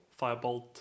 firebolt